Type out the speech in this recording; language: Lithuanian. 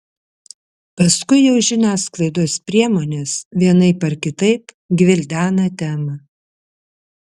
paskui jau žiniasklaidos priemonės vienaip ar kitaip gvildena temą